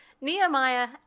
nehemiah